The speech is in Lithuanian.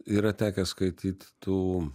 yra tekę skaityt tų